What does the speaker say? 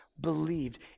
believed